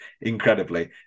incredibly